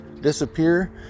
disappear